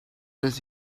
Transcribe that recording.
does